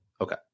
Okay